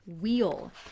wheel